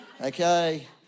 Okay